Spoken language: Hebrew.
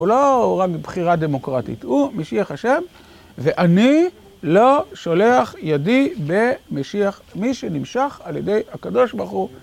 הוא לא הורה מבחירה דמוקרטית, הוא משיח ה' ואני לא שולח ידי במשיח מי שנמשח על ידי הקדוש ברוך הוא.